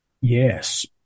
Yes